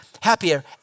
happier